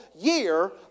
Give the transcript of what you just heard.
year